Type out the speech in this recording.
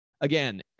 again